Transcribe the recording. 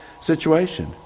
situation